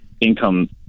income